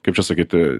kaip čia sakyti